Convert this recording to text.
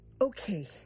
Okay